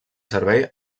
servei